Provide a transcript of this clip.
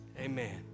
Amen